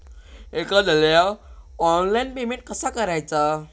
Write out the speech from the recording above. एखाद्याला online payment कसा करायचा?